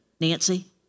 Nancy